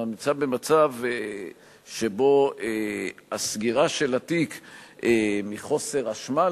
אתה נמצא במצב שבו הסגירה של התיק מחוסר אשמה,